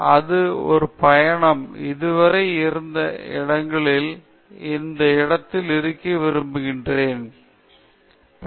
நானே ஒரு தனிப்பட்ட மட்டத்தில் என்னை தேர்ந்தெடுத்தேன் அது ஒரு பயணம் இதுவரை இருந்த இடங்களில் எந்த இடத்திலும் இருந்திருக்க முடியாது அதனால் இங்கே சந்தோஷமான ஆச்சரியம்